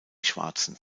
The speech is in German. schwarzen